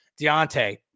Deontay